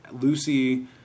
Lucy